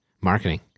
Marketing